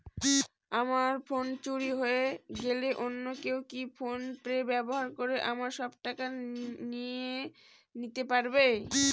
আমার ফোন চুরি হয়ে গেলে অন্য কেউ কি ফোন পে ব্যবহার করে আমার সব টাকা নিয়ে নিতে পারবে?